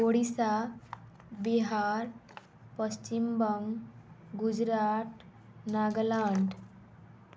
Odisha Bihar Paschimbanga Gujarat Nagaland